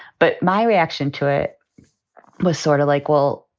but my reaction to it was sort of like, well.